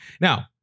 Now